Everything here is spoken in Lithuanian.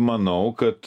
manau kad